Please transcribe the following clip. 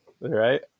Right